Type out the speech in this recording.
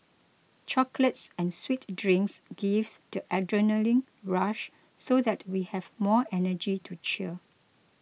chocolates and sweet drinks gives the adrenaline rush so that we have more energy to cheer